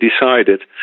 decided